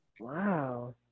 Wow